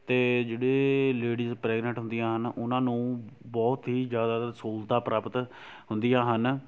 ਤਾਂ ਜਿਹੜੇ ladies pregnant ਹੁੰਦੀਆਂ ਹਨ ਉਹਨਾਂ ਨੂੰ ਬਹੁਤ ਹੀ ਜ਼ਿਆਦਾ ਸਹੂਲਤਾਂ ਪ੍ਰਾਪਤ ਹੁੰਦੀਆਂ ਹਨ